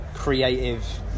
creative